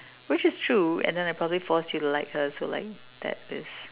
which is true and then I probably forced you to like her so like that is